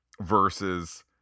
versus